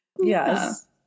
yes